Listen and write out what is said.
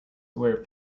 were